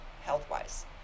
health-wise